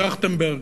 טרכטנברג,